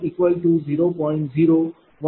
01536918 p